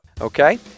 okay